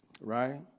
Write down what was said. Right